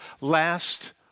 last